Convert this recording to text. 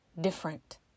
different